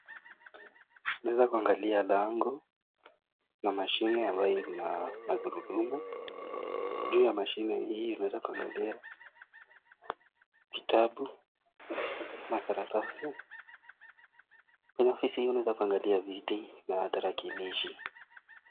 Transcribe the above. Tunaweza kuangalia lango na mashine ambayo iko na magurudumu. Juu ya mashine hii tunaweza kuangalia kitabu na karatasi. Na kwa ofisi hii unaweza kuangalia viti na tarakilishi.